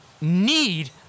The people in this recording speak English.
need